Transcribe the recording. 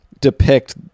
depict